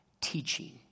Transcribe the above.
teaching